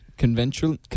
conventional